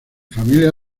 familia